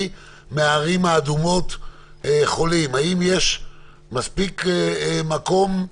מהערים האדומות חולים האם יש מספיק כדי